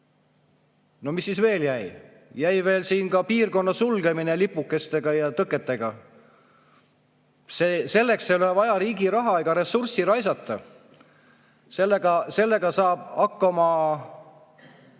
Mis siis veel jäi? Jäi veel piirkonna sulgemine lipukeste ja tõketega. Selleks ei ole vaja riigi raha ega ressurssi raisata, sellega saavad hakkama